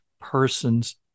person's